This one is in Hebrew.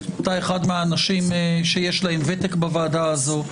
אתה אחד מהאנשים שיש להם ותק בוועדה הזו.